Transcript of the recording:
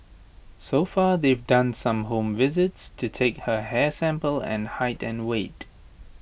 so far they've done some home visits to take her hair sample and height and weight